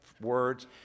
words